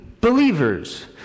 believers